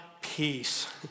peace